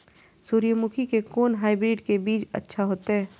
सूर्यमुखी के कोन हाइब्रिड के बीज अच्छा होते?